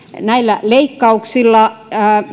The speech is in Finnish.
näillä leikkauksilla